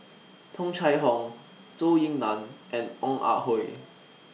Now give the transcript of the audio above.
Tung Chye Hong Zhou Ying NAN and Ong Ah Hoi